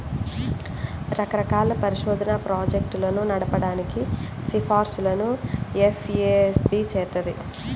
రకరకాల పరిశోధనా ప్రాజెక్టులను నడపడానికి సిఫార్సులను ఎఫ్ఏఎస్బి చేత్తది